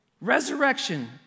Resurrection